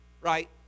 right